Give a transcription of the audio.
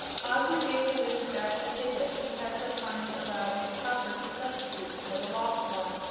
ozma gave the wizard back the piglet he had so kindly allowed nick chopper to substitute for the lost one,